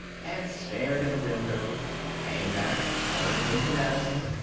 and stared in the windows came back, turned into madison,